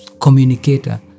communicator